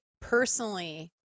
personally